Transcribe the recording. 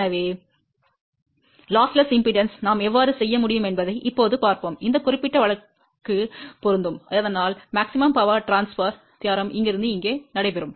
எனவே இழப்பற்ற மின்மறுப்பை நாம் எவ்வாறு செய்ய முடியும் என்பதை இப்போது பார்ப்போம் இந்த குறிப்பிட்ட வழக்குக்கு பொருந்தும் இதனால் அதிகபட்ச மின் பரிமாற்றம் இங்கிருந்து இங்கே நடைபெறும்